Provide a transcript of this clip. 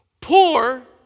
Poor